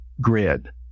grid